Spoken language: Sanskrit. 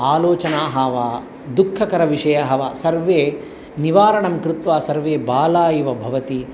आलोचनाः वा दुःखकरविषयः वा सर्वे निवारणं कृत्वा सर्वे बालः इव भवति